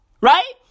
right